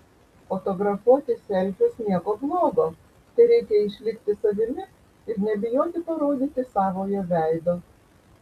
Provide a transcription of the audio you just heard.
fotografuoti selfius nieko blogo tereikia išlikti savimi ir nebijoti parodyti savojo veido